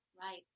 Right